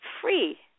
free